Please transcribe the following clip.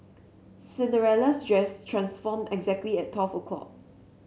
Cinderella's dress transformed exactly at twelve o'clock